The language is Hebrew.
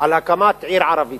על הקמת עיר ערבית,